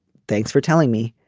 thanks for telling me.